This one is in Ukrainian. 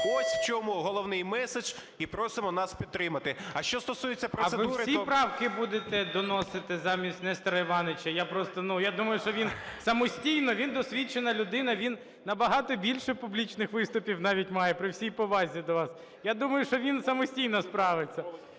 що стосується процедури, то… ГОЛОВУЮЧИЙ. А ви всі правки будете доносити замість Нестора Івановича? Я просто, я думаю, що він самостійно, він досвідчена людина, він набагато більше публічних виступів навіть має, при всій повазі до вас. Я думаю, що він самостійно справиться.